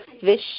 fish